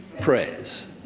prayers